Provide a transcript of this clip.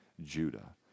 Judah